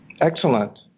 Excellent